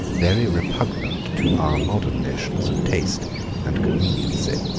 very repugnant to our modern notions of taste and conveniency.